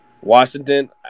Washington